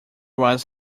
was